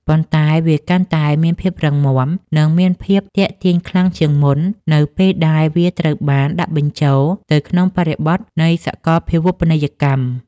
ប៉ុន្តែវាកាន់តែមានភាពរឹងមាំ និងមានភាពទាក់ទាញខ្លាំងជាងមុន នៅពេលដែលវាត្រូវបានដាក់បញ្ចូលទៅក្នុងបរិបទនៃសកលភាវូបនីយកម្ម។